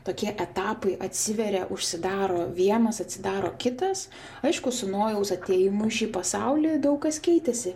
tokie etapai atsiveria užsidaro vienas atsidaro kitas aišku su nojaus atėjimu į šį pasaulį daug kas keitėsi